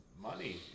money